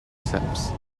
steps